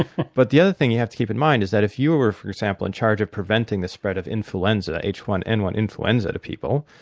but the other thing you have to keep in mind is that if you were, for example, in charge of preventing the spread of h one n one influenza to people,